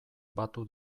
batu